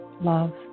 love